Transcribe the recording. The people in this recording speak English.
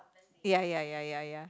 ya ya ya ya ya